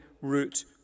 route